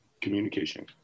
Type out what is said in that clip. communication